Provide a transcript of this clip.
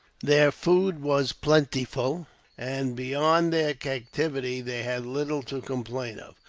their food was plentiful and, beyond their captivity, they had little to complain of.